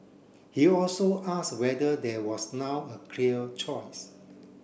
he also asked whether there was now a clear choice